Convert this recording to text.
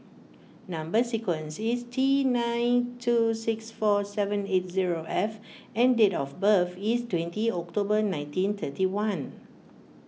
Number Sequence is T nine two six four seven eight zero F and date of birth is twenty October nineteen thirty one